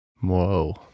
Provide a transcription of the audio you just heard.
Whoa